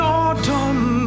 autumn